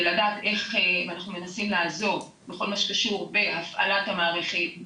ואנחנו מנסים לעזור בכל מה שקשור בהפעלת המערכת,